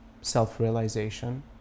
self-realization